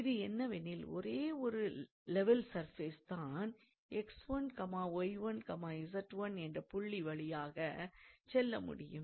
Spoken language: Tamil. இது என்னவெனில் ஒரே ஒரு லெவல் சர்ஃபேஸ் தான் 𝑥1𝑦1𝑧1 என்ற புள்ளி வழியாகச்செல்ல முடியும்